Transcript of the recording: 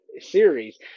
series